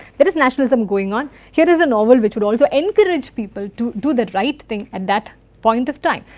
there is nationalism going on, here is a novel which would also encourage people to do that right thing at that point of time.